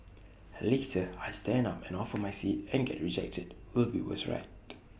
later I stand up and offer my seat and get rejected will be worse right